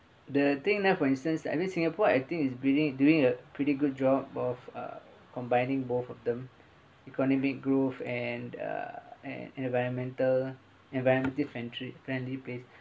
the thing now for instance I mean singapore I think is doing doing a pretty good job both uh combining both of them economic growth and uh and environmental environment friend~ friendly place